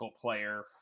player